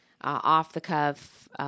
off-the-cuff